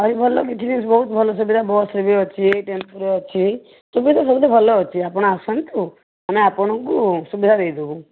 ଭାରି ଭଲ ଏଠି ବି ବହୁତ ଭଲ ସୁବିଧା ବସ୍ରେ ବି ଅଛି ଟେମ୍ପୁରେ ଅଛି ସୁବିଧା ସବୁ ତ ଭଲ ଅଛି ଆପଣ ଆସନ୍ତୁ ଆମେ ଆପଣଙ୍କୁ ସୁବିଧା ଦେଇ ଦେବୁ